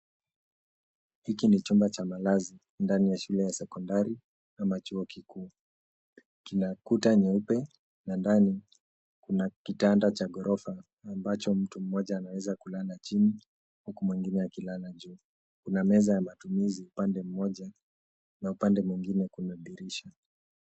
Hiki ni chumba cha malazi ndani ya shule ya sekondari ama chuo kikuu. Kina kuta nyeupe na ndani kuna kitanda cha ghorofa ambacho mtu mmoja anaweza kulala chini huku mwingine akilala juu. Kuna meza ya matumizi upande mmoja na upande mwingine kuna dirisha.